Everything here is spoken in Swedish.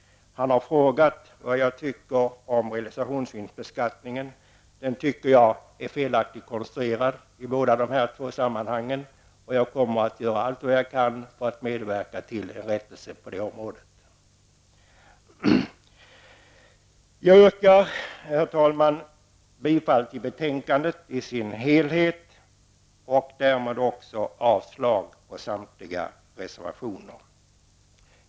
Han frågade vad jag tycker om realisationsvinstbeskattningen. Jag tycker att den är felaktigt konstruerad i båda dessa fall. Jag kommer att göra allt vad jag kan för att medverka till en rättelse på det området. Herr talman! Jag yrkar bifall till utskottets hemställan i dess helhet och därmed avslag på samtliga reservationer.